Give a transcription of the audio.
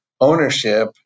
ownership